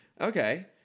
Okay